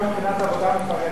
גם מבחינת עבודה מפרכת.